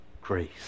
grace